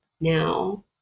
now